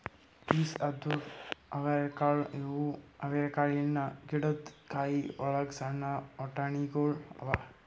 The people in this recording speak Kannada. ಪೀಸ್ ಅಂದುರ್ ಅವರೆಕಾಳು ಇವು ಅವರೆಕಾಳಿನ ಗಿಡದ್ ಕಾಯಿ ಒಳಗ್ ಸಣ್ಣ ಬಟಾಣಿಗೊಳ್ ಅವಾ